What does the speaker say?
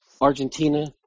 Argentina